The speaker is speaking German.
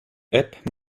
app